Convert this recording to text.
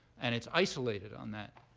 and it's isolated on that.